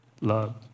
love